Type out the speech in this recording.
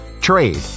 Trade